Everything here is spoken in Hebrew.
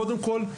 קודם כל,